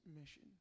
mission